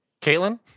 Caitlin